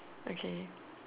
okay